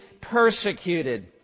persecuted